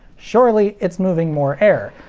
surely it's moving more air,